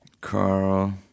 Carl